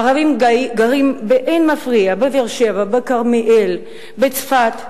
ערבים גרים באין מפריע בבאר-שבע, בכרמיאל, בצפת,